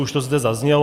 Už to zde zaznělo.